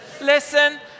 Listen